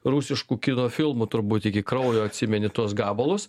rusiškų kino filmų turbūt iki kraujo atsimeni tuos gabalus